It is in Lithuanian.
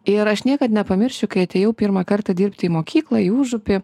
ir aš niekad nepamiršiu kai atėjau pirmą kartą dirbti į mokyklą į užupį